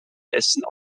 essen